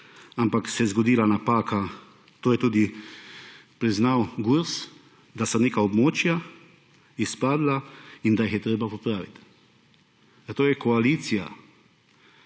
ampak se je zgodila napaka. To je tudi priznal Gurs, da so neka območja izpadla in da jih je treba popraviti. Zato je koalicija